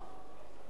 אני גם מכיר,